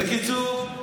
בקיצור,